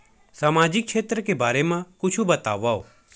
सामाजिक क्षेत्र के बारे मा कुछु बतावव?